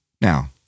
Now